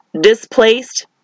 displaced